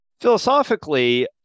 Philosophically